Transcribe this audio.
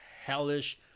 hellish